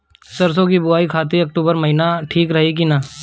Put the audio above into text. सरसों की बुवाई खाती अक्टूबर महीना ठीक रही की ना?